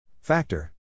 Factor